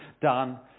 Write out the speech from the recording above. done